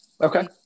Okay